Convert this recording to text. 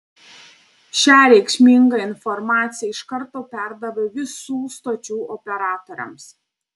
šią reikšmingą informaciją iš karto perdavė visų stočių operatoriams